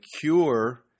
cure